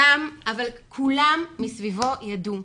גם, אבל כולם סביבו ידעו,